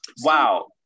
Wow